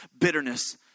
bitterness